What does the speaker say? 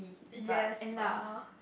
yes (aha)